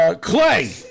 Clay